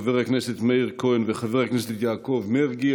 חבר הכנסת מאיר כהן וחבר הכנסת יעקב מרגי,